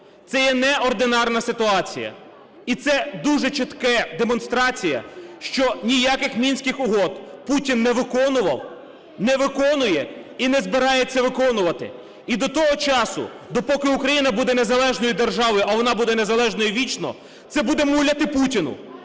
Це не неординарна ситуація. І це дуже чітка демонстрація, що ніяких Мінських угод Путін не виконував, не виконує і не збирається виконувати. І до того часу, допоки Україна буде незалежною державою, а вона буде незалежною вічно, це буде муляти Путіну.